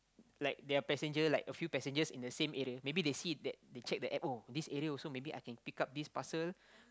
like their passenger like a few passengers in the same area maybe they see that they check the App oh this area also maybe I can pick up this parcel